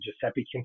Giuseppe